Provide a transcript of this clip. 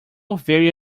very